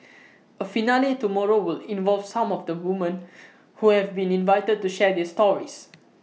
A finale tomorrow will involve some of the women who have been invited to share their stories